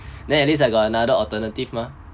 then at least I got another alternative mah